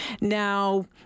Now